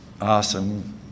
awesome